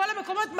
בכל המקומות,